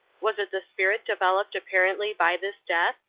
was it the spirit developed apparently by this death,